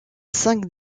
cinq